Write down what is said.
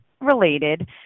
related